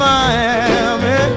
Miami